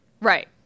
Right